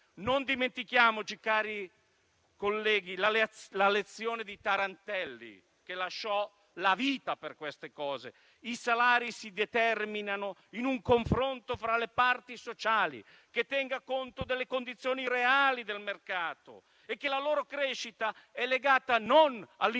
Non dimentichiamoci, cari colleghi, la lezione di Tarantelli, che lasciò la vita per queste cose. I salari si determinano in un confronto fra le parti sociali che tenga conto delle condizioni reali del mercato e la loro crescita è legata non all'inseguimento